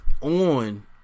on